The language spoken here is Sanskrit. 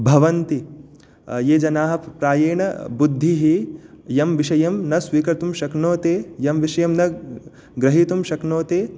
भवन्ति ये जनाः प्रायेण बुद्धिः इयं विषयं न स्वीकर्तुं शक्नोति इयं विषयं न ग्रहीतुं शक्नोति